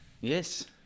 Yes